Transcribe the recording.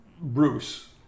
Bruce